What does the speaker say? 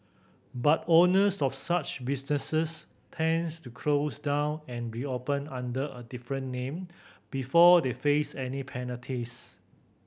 but owners of such businesses tends to close down and reopen under a different name before they face any penalties